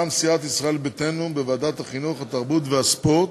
בוועדת החינוך, התרבות והספורט,